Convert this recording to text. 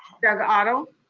doug otto.